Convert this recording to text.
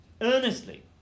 earnestly